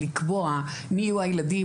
לקבוע מי יהיו הילדים,